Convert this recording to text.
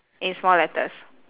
in small letters